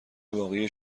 واقعی